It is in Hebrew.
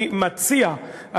אני מציע,